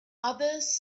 others